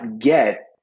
get